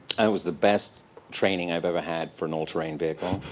and it was the best training i've ever had for an all-terrain vehicle.